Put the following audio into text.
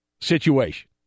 situation